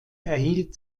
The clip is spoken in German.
erhielt